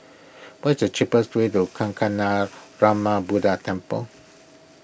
what is the cheapest way to Kancanarama Buddha Temple